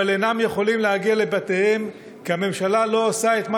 אינם יכולים להגיע לבתיהם כי הממשלה לא עושה את מה